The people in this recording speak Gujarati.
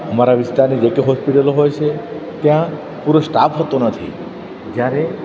અમારા વિસ્તારની જે કંઈ હોસ્પિટલ હોય છે ત્યાં પુરો સ્ટાફ હોતો નથી જ્યારે